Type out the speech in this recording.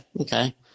okay